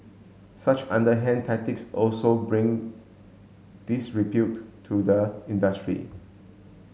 such underhand tactics also bring disrepute to the industry